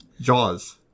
Jaws